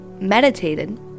meditated